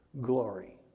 glory